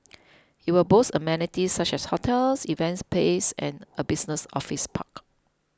it will boast amenities such as hotels events spaces and a business office park